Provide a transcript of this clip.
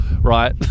right